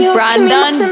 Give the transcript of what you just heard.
Brandon